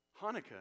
Hanukkah